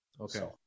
Okay